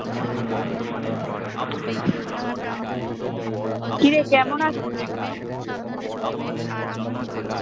কিরে কেমন আছিস